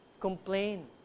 Complain